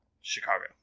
Chicago